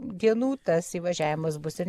dienų tas įvažiavimas bus ir